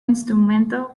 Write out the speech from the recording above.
instrumento